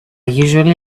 usually